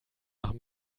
nach